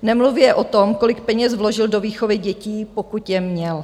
Nemluvě o tom, kolik peněz vložil do výchovy dětí, pokud je měl.